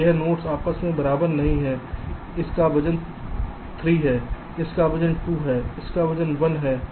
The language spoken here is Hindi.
यह नोड्स आपस में बराबर नहीं है इस का वजन 3 है इस का वजन 2 है इस का वजन 1 है